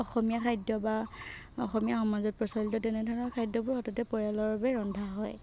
অসমীয়া খাদ্য বা অসমীয়া সমাজত প্ৰচলিত তেনেধৰণৰ খাদ্যবোৰ সততে পৰিয়ালৰ বাবে ৰন্ধা হয়